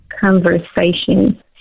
conversation